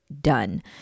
done